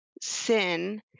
sin